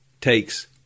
takes